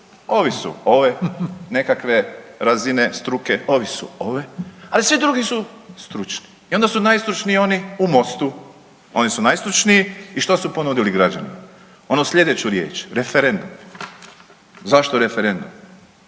Ovi su ove nekakve razine, struke, ovi su ove, ali svi drugi su stručni i onda su najstručniji oni u Mostu, oni su najstručniji i što su ponudili građanima? Onu sljedeću riječ, referendum. Zašto referendum?